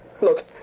Look